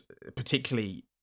particularly